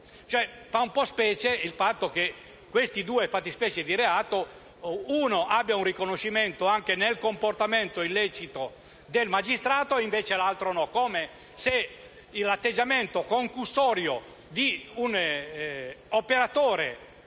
Fa un po' specie il fatto che, di queste due fattispecie di reato, uno abbia un riconoscimento anche nel comportamento illecito del magistrato e l'altra no, come se l'atteggiamento concussorio di un operatore